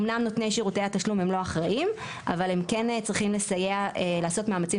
אמנם שירותי התשלום הם לא אחראים אבל הם כן צריכים לעשות מאמצים